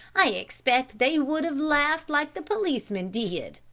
i expect they would have laughed like the policemen did.